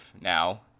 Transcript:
now